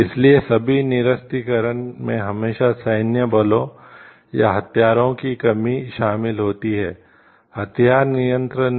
इसलिए सभी निरस्त्रीकरण में हमेशा सैन्य बलों या हथियारों की कमी शामिल होती है हथियार नियंत्रण नहीं